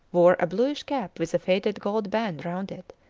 wore a bluish cap with a faded gold band round it,